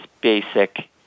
basic